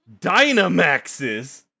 Dynamaxes